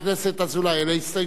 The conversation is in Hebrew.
כי יש רשות דיבור היום,